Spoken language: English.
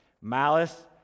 Malice